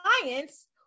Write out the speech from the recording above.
clients